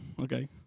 Okay